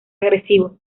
agresivo